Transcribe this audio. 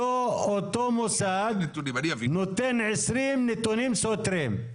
אותו מוסד נותן 20 נתונים סותרים.